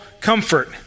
comfort